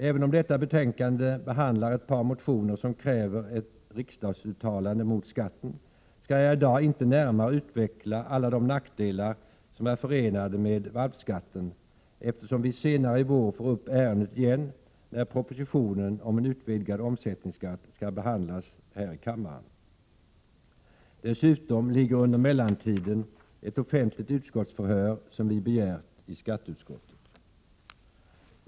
Även om detta betänkande behandlar ett par motioner som kräver ett riksdagsuttalande mot skatten, skall jag i dag inte närmare utveckla alla de nackdelar som är förenade med valpskatten, eftersom vi senare i vår får upp ärendet igen när propositionen om en utvidgad omsättningsskatt skall behandlas här i kammaren. Dessutom ligger under mellantiden ett offentligt utskottsförhör som vi begärt i skatteutskottet.